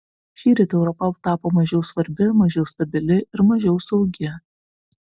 šįryt europa tapo mažiau svarbi mažiau stabili ir mažiau saugi